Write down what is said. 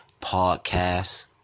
Podcast